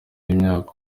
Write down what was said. y’umwaka